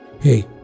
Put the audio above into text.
Hey